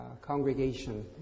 congregation